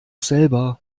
selber